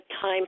time